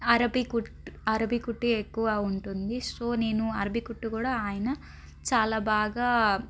అరబికుట్ అరబికుట్టీ ఎక్కువ ఉంటుంది సో నేను అరబికుట్టు కూడా ఆయన చాలా బాగా